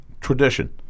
Tradition